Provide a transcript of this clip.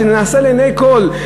שנעשה לעיני כול,